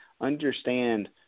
understand